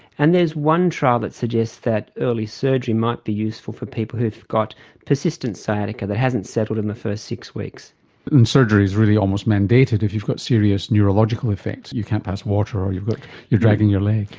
and there's one trial that suggests that early surgery might be useful for people who have got persistent sciatica that hasn't settled in the first six weeks. and surgery is really almost mandated if you've got serious neurological effects, you can't pass water or you're dragging but you're dragging your leg.